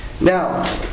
Now